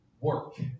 work